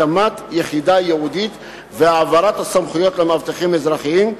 הקמת יחידה ייעודית והעברת הסמכויות למאבטחים אזרחיים,